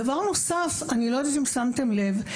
דבר נוסף: אני לא יודעת אם שמתם לב לכך